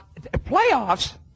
Playoffs